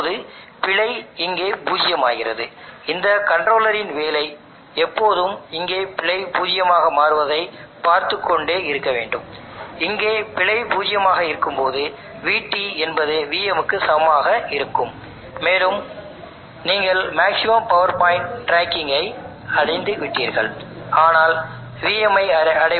அதாவது PV பேனலில் இருந்து இங்கு பாயும் iT Im மதிப்புக்கு ஒத்திருக்கும்அல்லது கரண்ட் பீக் பவர்பாயின்ட்டுக்கு ஒத்திருக்கும் அதாவது பேனல் லோடுக்கு பீக்பவர்பாயின்ட் ஐ வழங்குகிறது என்பதைக் குறிக்கிறது